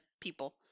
people